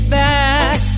back